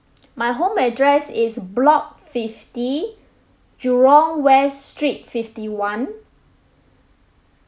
my home address is block fifty jurong west street fifty one